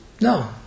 No